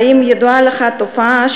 האם ידועה לך התופעה,